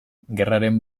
gerraren